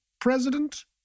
president